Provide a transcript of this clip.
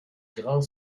grand